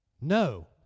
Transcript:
No